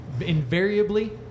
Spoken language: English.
invariably